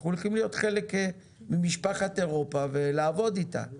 אנחנו הולכים להיות חלק ממשפחת אירופה ולעבוד אתה.